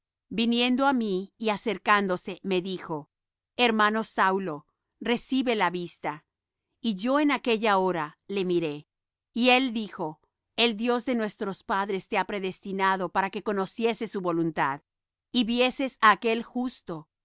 viniendo á mí y acercándose me dijo hermano saulo recibe la vista y yo en aquella hora le miré y él dijo el dios de nuestros padres te ha predestinado para que conocieses su voluntad y vieses á aquel justo